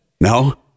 No